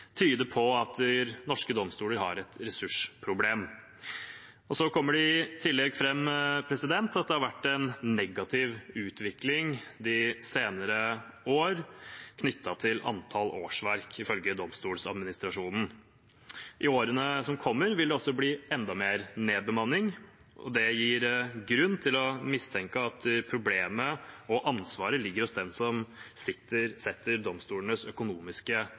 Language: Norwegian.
tyder på at norske domstoler har et ressursproblem. Det kommer i tillegg fram at det har vært en negativ utvikling de senere årene knyttet til antallet årsverk, ifølge Domstoladministrasjonen. I årene som kommer, vil det bli enda mer nedbemanning. Det gir grunn til å mistenke at problemet og ansvaret ligger hos dem som fastsetter domstolenes økonomiske